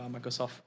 Microsoft